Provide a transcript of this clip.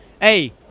Hey